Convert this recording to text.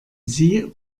sie